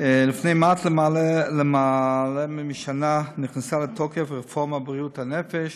לפני מעט למעלה משנה נכנסה לתוקף הרפורמה בבריאות הנפש,